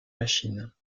machines